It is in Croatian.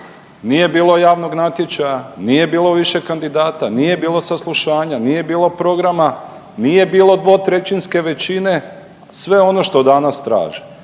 nije bilo javnog natječaja, nije bilo više kandidata, nije bilo saslušanja, nije bilo programa, nije bilo 2/3 većine sve ono što danas traže.